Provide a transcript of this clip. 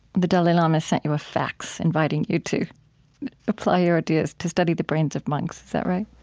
the dalai lama sent you a fax inviting you to apply your ideas, to study the brains of monks? is that right?